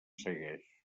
segueix